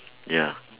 ya